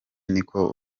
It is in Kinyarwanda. niko